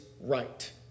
right